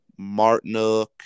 Martinuk